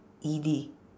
E D